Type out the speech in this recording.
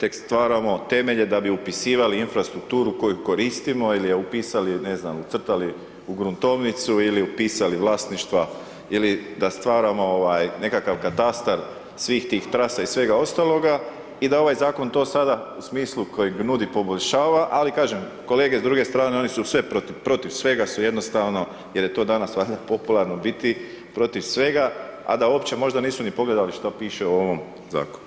tek stvaramo temelje da bi upisivali infrastrukturu koju koristimo ili ju upisali, ne znam, ucrtali u gruntovnicu ili upisali vlasništva ili da stvaramo nekakav katastar svih tih trasa i svega ostaloga i da ovaj zakon, to sada, u smislu kojeg nudi poboljšava, ali kažem, kolege s druge strane, oni su sve, protiv svega su jednostavno, jer je to danas valjda popularno biti protiv svega, a da uopće možda nisu ni pogledali što piše u ovom zakonu.